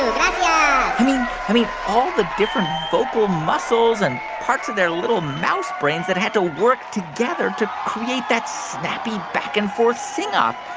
yeah i mean, all the different vocal muscles and parts of their little mouse brains that had to work together to create that snappy, back-and-forth sing-off.